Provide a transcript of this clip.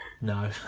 no